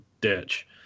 ditch